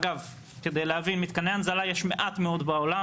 אגב, כדי להבין, מתקני הנזלה יש מעט מאוד בעולם.